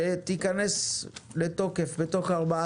שתיכנס לתוקף בתוך 14